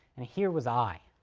and here was i.